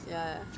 ya